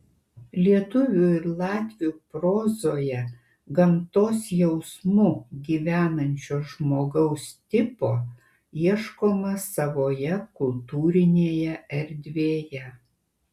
lietuvių ir latvių prozoje gamtos jausmu gyvenančio žmogaus tipo ieškoma savoje kultūrinėje erdvėje